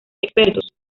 expertos